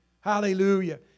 Hallelujah